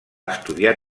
estudiar